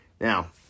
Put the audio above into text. Now